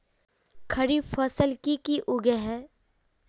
खरीफ फसल की की उगैहे?